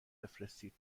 بفرستید